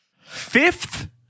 fifth